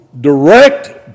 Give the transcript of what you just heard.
direct